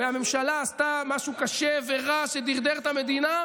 והממשלה עשתה משהו קשה ורע שדרדר את המדינה,